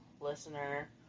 listener